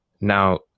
now